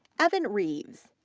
evan reeves,